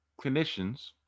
clinicians